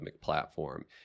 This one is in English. platform